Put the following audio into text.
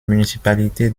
municipalité